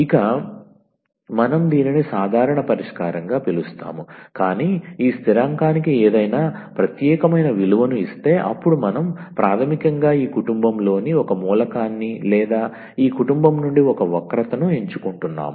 ఇక మనం దీనిని సాధారణ పరిష్కారంగా పిలుస్తాము కాని ఈ స్థిరాంకానికి ఏదైనా ప్రత్యేకమైన విలువను ఇస్తే అప్పుడు మనం ప్రాథమికంగా ఈ కుటుంబంలోని ఒక మూలకాన్ని లేదా ఈ కుటుంబం నుండి ఒక వక్రతను ఎంచుకుంటున్నాము